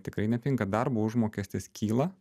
tikrai nepinga darbo užmokestis kyla